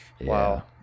Wow